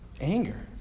anger